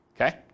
okay